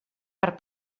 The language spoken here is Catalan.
per